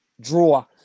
draw